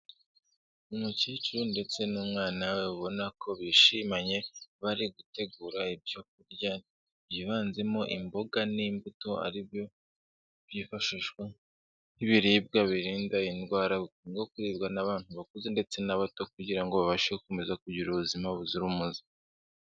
Umukecuru ndetse n'umwana we ubona ko bishimanye bari gutegura ibyo kurya byivanzemo imboga n'imbuto ari byo byifashishwa nk'ibiribwa birinda indwara bikunda kuribwa n'abantu bakuze ndetse n'abato kugira ngo babashe gukomeza kugira ubuzima buzira umuze.